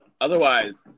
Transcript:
Otherwise